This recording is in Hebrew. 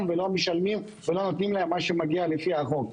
ולא משלמים ולא נותנים להם מה שמגיע להם לפי החוק.